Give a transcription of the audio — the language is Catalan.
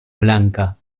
blanca